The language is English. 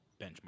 benchmark